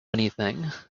anything